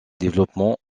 développement